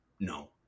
No